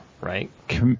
right